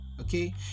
Okay